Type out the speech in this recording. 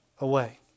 away